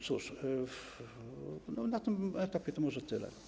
Cóż, na tym etapie to może tyle.